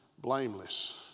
blameless